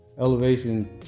elevation